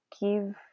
give